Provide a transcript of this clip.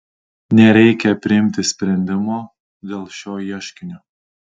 nereikia priimti sprendimo dėl šio ieškinio